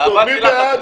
מי בעד?